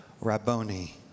Rabboni